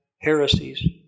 heresies